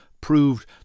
proved